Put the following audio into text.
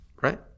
right